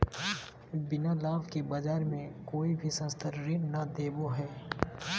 बिना लाभ के बाज़ार मे कोई भी संस्था ऋण नय देबो हय